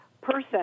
person